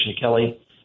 Kelly